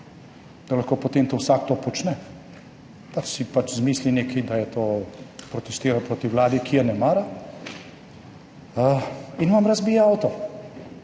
Da lahko potem to vsak počne, si pač izmisli nekaj, da je protestiral proti vladi, ki je ne mara, in vam razbije avto.